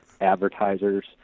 advertisers